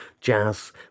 jazz